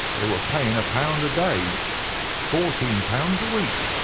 they were paying a pound a day each fourteen pounds a week,